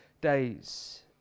days